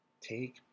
Take